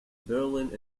berlin